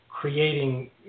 creating